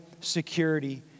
security